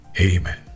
Amen